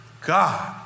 God